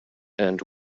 and